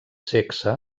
sexe